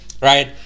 Right